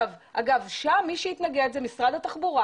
אגב, שם מי שהתנגד, זה משרד התחבורה